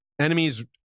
enemies